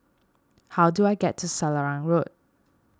how do I get to Selarang Road